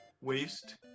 waste